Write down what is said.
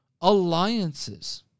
alliances